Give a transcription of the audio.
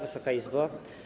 Wysoka Izbo!